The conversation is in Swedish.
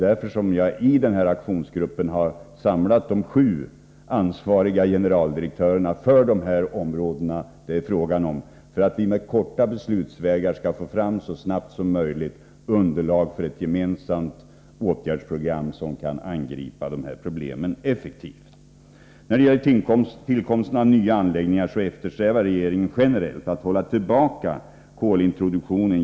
I aktionsgruppen har jag samlat de sju ansvariga generaldirektörerna för de områden som det gäller, för att vi med korta beslutsvägar så snart som möjligt skall kunna få fram underlag för ett gemensamt åtgärdsprogram som kan angripa dessa problem effektivt. Beträffande tillkomsten av nya anläggningar eftersträvar regeringen generellt att hålla tillbaka kolintroduktionen.